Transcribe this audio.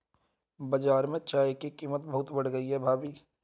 बाजार में चाय की कीमत बहुत बढ़ गई है भाभी